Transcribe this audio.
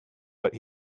but